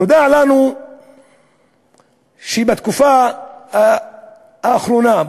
נודע לנו שבתקופה האחרונה,